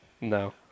No